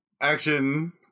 action